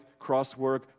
crosswork